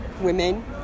women